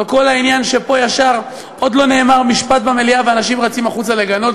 על כל העניין שעוד לא נאמר משפט במליאה ואנשים רצים החוצה לגנות,